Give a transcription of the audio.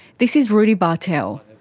this is rudi bartels.